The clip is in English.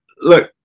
look